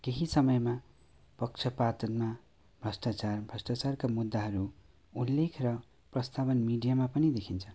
केही समयमा पक्षपातनमा भ्रष्टाचार भ्रष्टाचारका मुद्दाहरू उल्लेख र प्रस्तावन मिडियामा पनि देखिन्छन्